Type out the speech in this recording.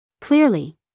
Clearly